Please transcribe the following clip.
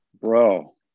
Bro